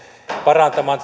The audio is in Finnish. parantamaan